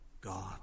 God